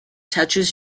touches